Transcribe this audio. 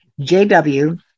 JW